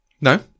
No